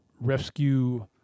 rescue